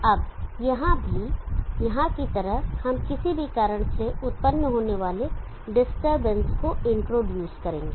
अब यहाँ भी यहाँ की तरह हम किसी भी कारण से उत्पन्न होने वाले डिस्टरबेंस को इंट्रोड्यूस करेंगे